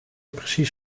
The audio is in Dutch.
precies